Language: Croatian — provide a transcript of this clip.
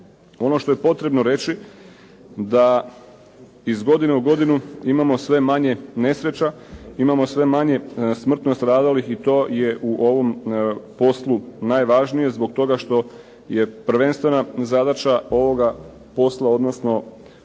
Ono što je potrebno reći da iz godine u godinu imamo sve manje nesreća, imamo sve manje smrtno stradalih i to je u ovom poslu najvažnije, zbog toga što je prvenstvena zadaća ovoga posla, odnosno procesa